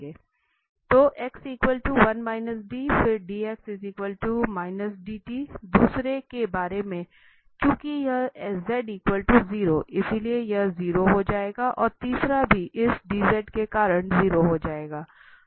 तो x 1 t फिर dx dt दूसरे के बारे में चुकी यह z 0 इसलिए यह 0 हो जाएगा और तीसरा भी इस dz के कारण 0 हो जाएगा